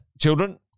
Children